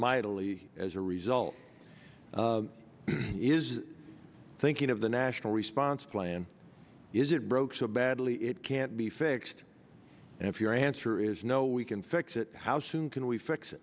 mightily as a result is thinking of the national response plan is it broke so badly it can't be fixed and if your answer is no we can fix it how soon can we fix